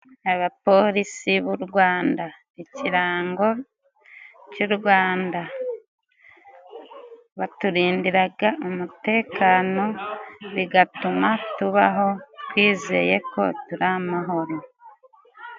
Abapolisi b'u Rwanda，ikirango cy'u Rwanda， baturindiraga umutekano， bigatuma tubaho twizeye ko turi amahoro.